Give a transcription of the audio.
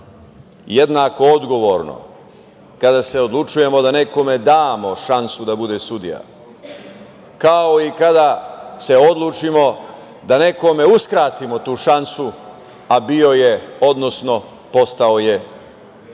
jednako odgovorno kada se odlučujemo da nekome damo šansu da bude sudija, kao i kada se odlučimo da nekome uskratimo tu šansu, a bio je, odnosno postao je kandidat.